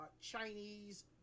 chinese